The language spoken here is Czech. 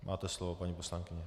Máte slovo, paní poslankyně.